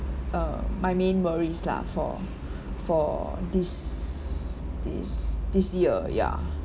uh my main worries lah for for this this this year ya